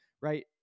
right